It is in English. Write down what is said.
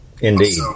Indeed